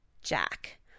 Jack